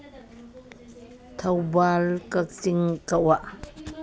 ꯊꯧꯕꯥꯜ ꯀꯛꯆꯤꯡ ꯀꯛꯋꯥ